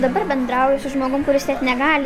dabar bendrauju su žmogum kuris net negali